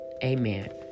Amen